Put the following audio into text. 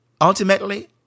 ultimately